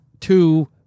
two